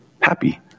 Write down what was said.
Happy